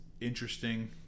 interesting